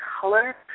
color